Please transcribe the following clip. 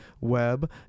web